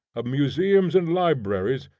of museums and libraries,